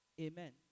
Amen